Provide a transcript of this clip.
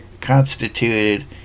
constituted